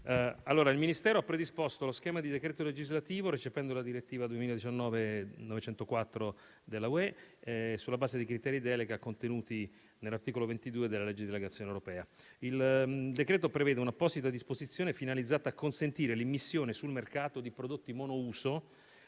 il Ministero ha predisposto lo schema di decreto legislativo, recependo la direttiva europea n. 904 del 2019, sulla base dei criteri di delega contenuti all'articolo 22 della legge di delegazione europea. Il decreto legislativo prevede un'apposita disposizione finalizzata a consentire l'immissione sul mercato di prodotti monouso